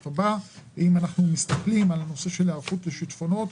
אם אנחנו מסתכלים על הנושא של היערכות לשיטפונות,